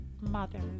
mothers